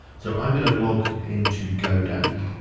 so i'm gonna log into godaddy.